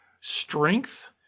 strength